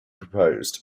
proposed